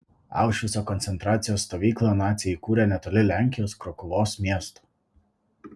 aušvico koncentracijos stovyklą naciai įkūrė netoli lenkijos krokuvos miesto